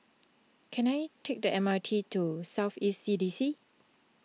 can I take the M R T to South East C D C